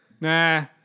Nah